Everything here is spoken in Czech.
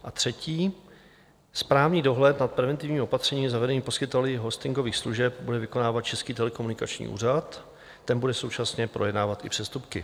A třetí, správní dohled nad preventivními opatřeními zavedenými poskytovateli hostingových služeb bude vykonávat Český telekomunikační úřad, ten bude současně projednávat i přestupky.